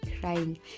crying